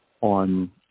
on